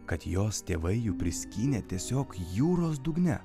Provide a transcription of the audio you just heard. kad jos tėvai jų priskynė tiesiog jūros dugne